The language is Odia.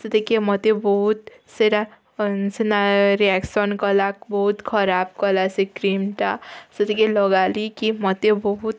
ସେଟାକେ ମୋତେ ବହୁତ୍ ସେଟା ସିନା ରିଆକ୍ସନ୍ କଲା ବହୁତ୍ ଖରାପ୍ କଲା ସେ କ୍ରିମ୍ଟା ସେଟାକେ ଲଗାଲି କି ମୋତେ ବହୁତ୍